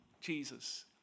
Jesus